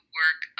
work